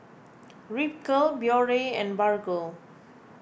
Ripcurl Biore and Bargo